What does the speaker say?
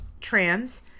trans